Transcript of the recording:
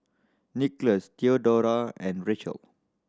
Nickolas Theodora and Rachel